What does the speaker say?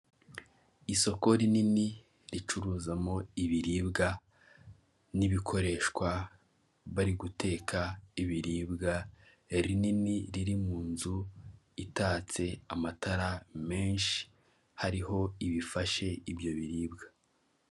Isoko rinini ricuruzamo ibiribwa n'ibikoreshwa bari guteka ibiribwa rinini riri mu nzu itatse amatara menshi hariho ibifashe ibyo biribwa.